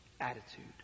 attitude